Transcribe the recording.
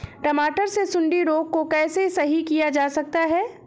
टमाटर से सुंडी रोग को कैसे सही किया जा सकता है?